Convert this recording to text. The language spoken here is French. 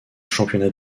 championnat